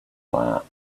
that